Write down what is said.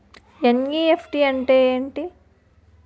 NEFT అంటే ఎంటి?